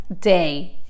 day